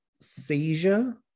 seizure